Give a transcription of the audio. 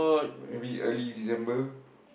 uh maybe early December